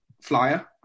flyer